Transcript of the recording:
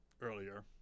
earlier